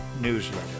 Newsletter